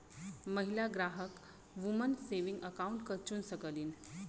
महिला ग्राहक woman saving account क चुन सकलीन